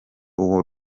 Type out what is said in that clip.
uwo